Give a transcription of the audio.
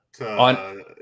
on